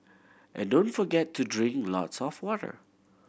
and don't forget to drink lots of water